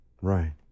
Right